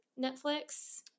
Netflix